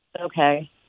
Okay